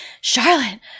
Charlotte